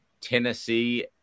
Tennessee